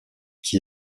qui